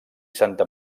santa